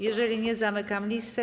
Jeżeli nie, zamykam listę.